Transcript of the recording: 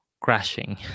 crashing